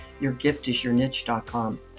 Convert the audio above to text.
yourgiftisyourniche.com